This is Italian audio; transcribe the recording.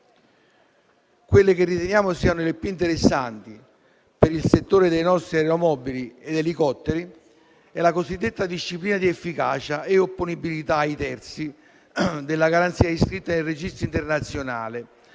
Quella che riteniamo sia la più interessante per il settore dei nostri aeromobili ed elicotteri è la cosiddetta disciplina di efficacia e opponibilità ai terzi della garanzia iscritta nel registro internazionale